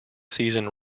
season